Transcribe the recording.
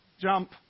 Jump